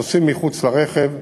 נוסעים מחוץ לרכב: